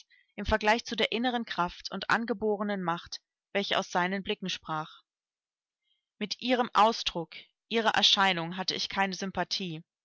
im vergleich zu der inneren kraft und angeborenen macht welche aus seinen blicken sprach mit ihrem ausdruck ihrer erscheinung hatte ich keine sympathie